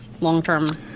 long-term